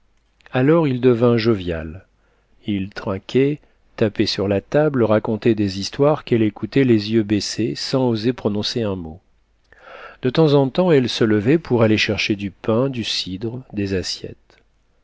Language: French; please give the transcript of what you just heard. alors il devint jovial il trinquait tapait sur la table racontait des histoires qu'elle écoutait les yeux baissés sans oser prononcer un mot de temps en temps elle se levait pour aller chercher du pain du cidre des assiettes